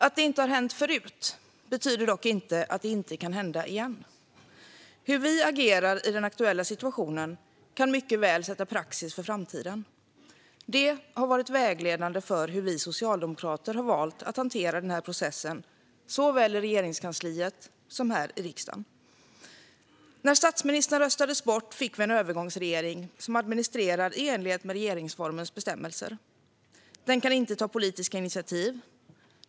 Att det inte har hänt förut betyder dock inte att det inte kan hända igen. Hur vi agerar i den aktuella situationen kan mycket väl skapa praxis för framtiden. Det har varit vägledande för hur vi socialdemokrater har valt att hantera den här processen såväl i Regeringskansliet som här i riksdagen. När statsministern röstades bort fick vi en övergångsregering som administrerar i enlighet med regeringsformens bestämmelser. Den kan inte ta politiska initiativ.